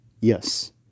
yes